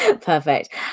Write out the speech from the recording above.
Perfect